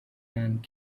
and